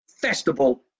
Festival